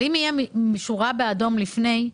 אבל אם תהיה שורה באדום לפני.